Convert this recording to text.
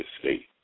state